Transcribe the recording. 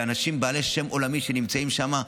ואנשים בעלי שם עולמי נמצאים שם,